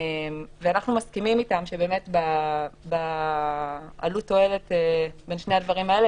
ואנחנו מסכימים איתם שבעלות-תועלת בין שני הדברים האלה,